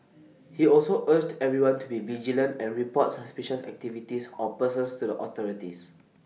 he also urged everyone to be vigilant and report suspicious activities or persons to the authorities